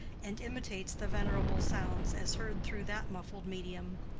and imitates the venerable sounds as heard through that muffled medium.